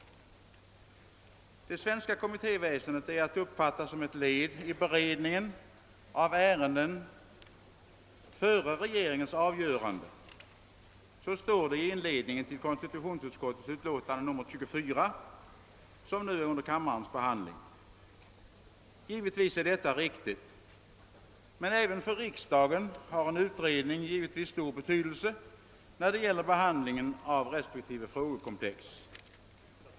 »Det svenska kommittéväsendet är att uppfatta som ett led i beredningen av ärenden före regeringens avgörande» — så står det i inledningen till konstitutionsutskottets majoritetsutlåtande nr 24, som nu är under kammarens behandling. Givetvis är detta riktigt. Men även för riksdagen har en utredning stor betydelse när det gäller behandlingen av respektive frågekomplex.